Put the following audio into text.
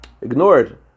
ignored